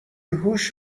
هوش